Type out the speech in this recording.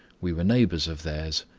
we were neighbors of theirs,